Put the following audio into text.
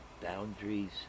Boundaries